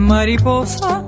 Mariposa